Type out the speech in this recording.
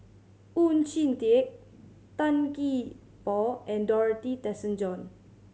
Oon Jin Teik Tan Gee Paw and Dorothy Tessensohn